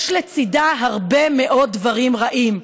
יש לצידה הרבה מאוד דברים רעים.